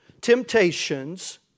temptations